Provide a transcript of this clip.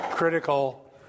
critical